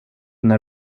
när